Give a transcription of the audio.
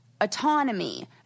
autonomy